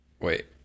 Wait